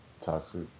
Toxic